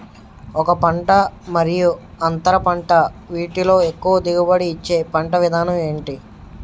ఒక పంట మరియు అంతర పంట వీటిలో ఎక్కువ దిగుబడి ఇచ్చే పంట విధానం ఏంటి?